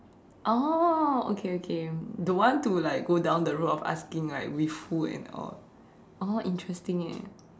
oh okay okay don't want to like go down the road of asking like with who and all oh interesting eh